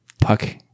Puck